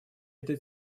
этой